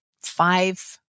five